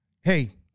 Hey